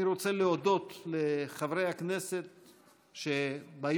אני רוצה להודות לחברי הכנסת שביום-יום,